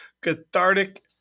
cathartic